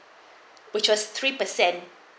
we choose three percent